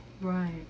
Right